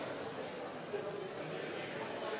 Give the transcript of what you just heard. samkvem. Det hadde